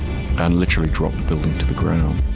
and literally drop the building to the ground.